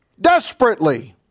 desperately